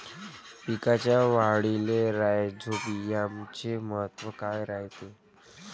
पिकाच्या वाढीले राईझोबीआमचे महत्व काय रायते?